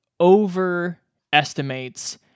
overestimates